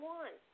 one